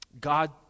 God